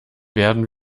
werden